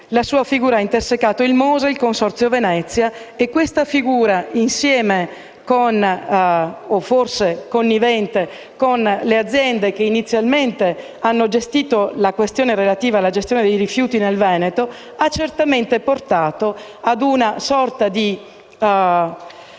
La sua figura ha intersecato il MOSE e il Consorzio Venezia; questa figura, insieme o forse connivente con le aziende che inizialmente hanno gestito la questione relativa alla gestione dei rifiuti nel Veneto, ha certamente portato ad una sorta di